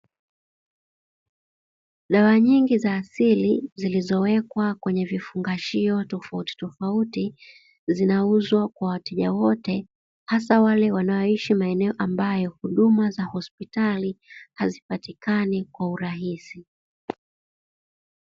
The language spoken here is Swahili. Dawaa nyingi za asili zilizowekwa kwenye vifungashio tofautitofauti, zinauzwa kwa wateja wote hasa wale wanaoishi maeneo ambayo huduma za hospitari hazipatikani kwa rahisi.